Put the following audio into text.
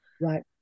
Right